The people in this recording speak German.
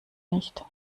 nicht